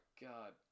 god